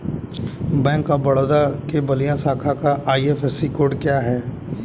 Bank of Baroda के बलिया शाखा का आई.एफ.एस.सी कोड क्या है?